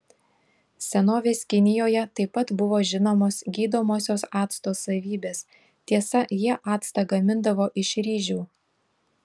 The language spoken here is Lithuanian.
senovės kinijoje taip pat buvo žinomos gydomosios acto savybės tiesa jie actą gamindavo iš ryžių